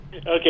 Okay